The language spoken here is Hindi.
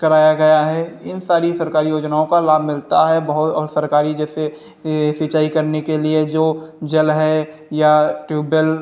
कराया गया है इन सारी सरकारी योजनाओं का लाभ मिलता है बहुत और सरकारी जैसे ये सिंचाई करने के लिए जो जल है या ट्यूबबेल